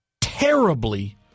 terribly